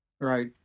right